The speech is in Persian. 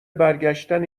برگشتن